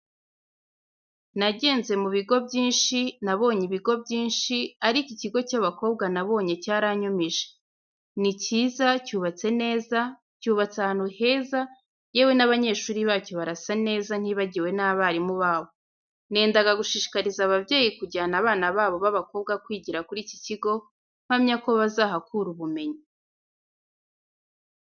Nagenze mu bigo byinshi, nabonye ibigo byishi ariko ikigo cy'abakobwa nabonye cyaranyumije. Ni cyiza cyubatse neza, cyubatse ahantu heza yewe n'abanyeshuri bacyo barasa neza ntibagiwe n'abarimu babo. Nendaga gushishikariza ababyeyi kujyana abana babo b'abakobwa kwigira kuri iki kigo mpamya ko bazahakura ubumenyi.